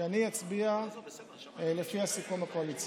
שאני אצביע לפי הסיכום הקואליציוני.